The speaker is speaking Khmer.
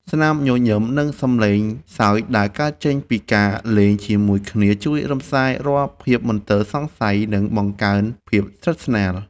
ស្នាមញញឹម និងសំឡេងសើចដែលកើតចេញពីការលេងជាមួយគ្នាជួយរំលាយរាល់ភាពមន្ទិលសង្ស័យ និងបង្កើនភាពស្និទ្ធស្នាល។